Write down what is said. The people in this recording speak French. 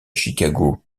chicago